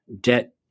debt